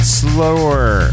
slower